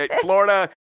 Florida